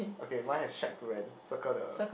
okay mine has shack to rent circle the